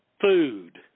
food